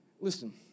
Listen